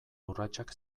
urratsak